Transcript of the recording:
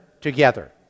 together